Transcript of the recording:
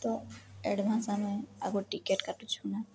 ତ ଆଡ଼ଭାନ୍ସ ଆମେ ଆଗରୁ ଟିକେଟ୍ କାଟୁଛୁନା